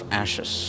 ashes